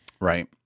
Right